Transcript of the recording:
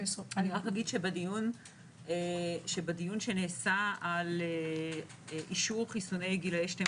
בדיון שנעשה על אישור חיסוני גילאי 12